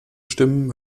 stimmen